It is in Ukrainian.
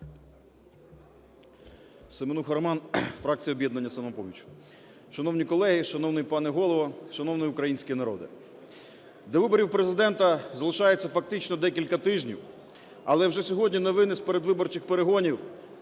СеменухаРоман, фракція "Об'єднання "Самопоміч". Шановні колеги, шановний пане Голово, шановний український народе! До виборів Президента залишається фактично декілька тижнів, але вже сьогодні новини з передвиборчих перегонів